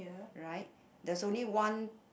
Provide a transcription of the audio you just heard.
right there's only one